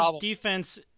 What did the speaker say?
defense